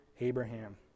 Abraham